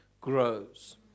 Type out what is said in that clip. grows